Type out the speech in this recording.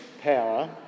power